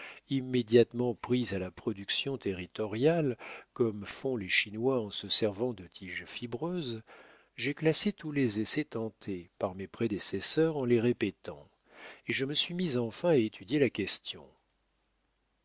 immédiatement prise à la production territoriale comme font les chinois en se servant de tiges fibreuses j'ai classé tous les essais tentés par mes prédécesseurs en les répétant et je me suis mis enfin à étudier la question